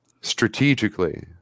Strategically